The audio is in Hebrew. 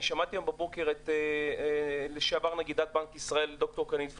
שמעתי הבוקר את לשעבר נגידת בנק ישראל ד"ר קרנית פלוג.